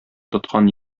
тоткан